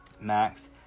max